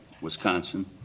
Wisconsin